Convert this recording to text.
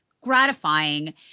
gratifying